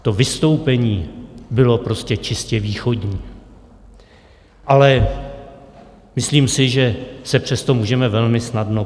To vystoupení bylo prostě čistě východní, ale myslím si, že se přes to můžeme velmi snadno přenést.